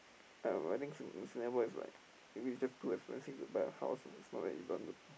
I don't know I think Sing~ Singapore is like maybe it's just too expensive for like a house is not that you don't want to